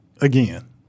Again